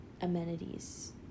amenities